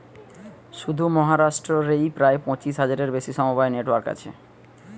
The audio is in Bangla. শুধু মহারাষ্ট্র রেই প্রায় পঁচিশ হাজারের বেশি সমবায় নেটওয়ার্ক আছে